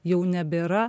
jau nebėra